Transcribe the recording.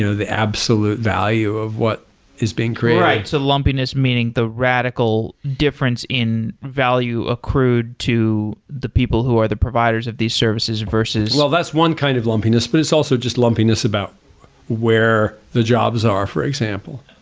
you know absolute value of what is being created right, so lumpiness meaning the radical difference in value accrued to the people who are the providers of these services versus well, that's one kind of lumpiness but it's also just lumpiness about where the jobs are for example.